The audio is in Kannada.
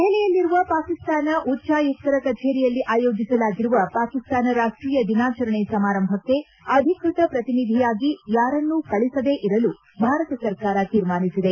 ದೆಹಲಿಯಲ್ಲಿರುವ ಪಾಕಿಸ್ತಾನ ಉಚ್ಚಾಯುಕ್ತರ ಕಚೇರಿಯಲ್ಲಿ ಆಯೋಜಿಸಲಾಗಿರುವ ಪಾಕಿಸ್ತಾನ ರಾಷ್ಟೀಯ ದಿನಾಚರಣೆ ಸಮಾರಂಭಕ್ಕೆ ಅಧಿಕೃತ ಪ್ರತಿನಿಧಿಯಾಗಿ ಯಾರನ್ನೂ ಕಳಿಸದೇ ಇರಲು ಭಾರತ ಸರ್ಕಾರ ತೀರ್ಮಾನಿಸಿದೆ